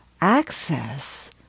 access